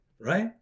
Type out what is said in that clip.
right